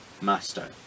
Master